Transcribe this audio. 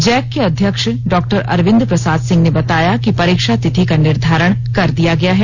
Jack के अध्यक्ष डा अरविंद प्रसाद सिंह ने बताया कि परीक्षा तिथि का निर्धारण कर दिया गया है